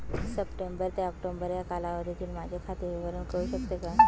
September ते October या कालावधीतील माझे खाते विवरण कळू शकेल का?